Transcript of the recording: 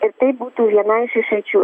ir tai būtų viena iš išeičių